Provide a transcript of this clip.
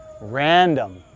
Random